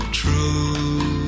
true